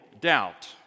doubt